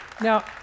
Now